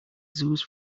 zoos